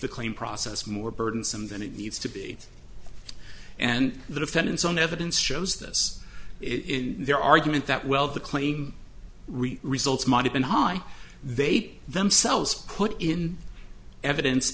the claim process more burdensome than it needs to be and the defendant's own evidence shows this in their argument that well the claim results might have been high they'd themselves put in evidence